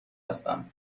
هستم